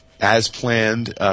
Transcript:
as-planned